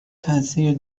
تاثیر